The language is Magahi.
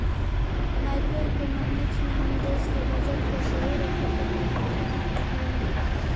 मैक्रोइकॉनॉमिक्स में हम देश के बजट को सही रखे के तरीके भी पढ़अ हियई